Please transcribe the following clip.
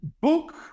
book